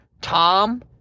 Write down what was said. Tom